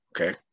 Okay